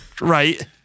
Right